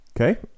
Okay